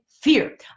fear